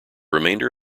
remainder